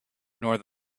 nor